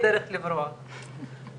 ולכן העבודה היא קצת הפתיע אותי באמת משרד השיכון,